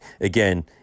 again